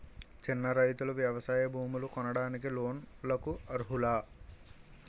చిన్న రైతులు వ్యవసాయ భూములు కొనడానికి లోన్ లకు అర్హులా?